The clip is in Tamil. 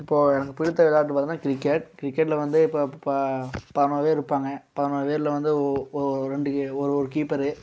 இப்போது எனக்கு பிடித்த விளையாட்டு பாத்தோன்னா கிரிக்கெட் கிரிக்கெட்டில் வந்து இப்போ பதினோரு பேர் இருப்பாங்க பதினோரு பேரில் வந்து ஒரு ரெண்டு ஒரு ஒரு கீப்பரு